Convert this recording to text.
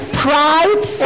pride